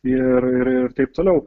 ir ir ir taip toliau